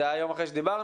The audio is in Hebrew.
זה היה יום אחרי שדיברנו.